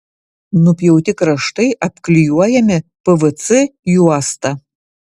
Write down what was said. nupjauti kraštai apklijuojami pvc juosta